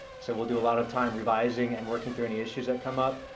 so we'll do lot of time revising and working through any issues that come up.